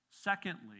Secondly